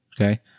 okay